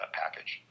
package